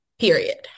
Period